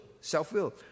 Self-will